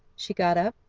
she got up,